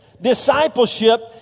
Discipleship